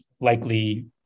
likely